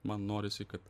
man norisi kad